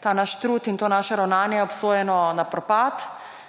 ta naš trud in to naše ravnanje obsojeno na propad.